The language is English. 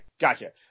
gotcha